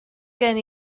gen